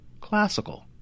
Classical